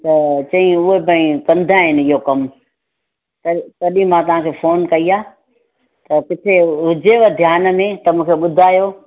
त चई उहो भई कंदा आहिनि इहो कमु त तॾहिं मां तव्हांखे फोन कई आहे त किथे हुजेव ध्यान में त मूंखे ॿुधायो